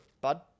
bud